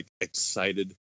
excited